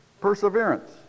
perseverance